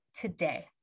today